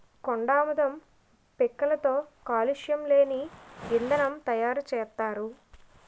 కొండాముదం పిక్కలతో కాలుష్యం లేని ఇంధనం తయారు సేత్తారు